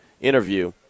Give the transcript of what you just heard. interview